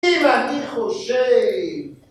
אם אני חושב